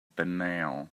banal